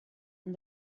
and